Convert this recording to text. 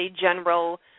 general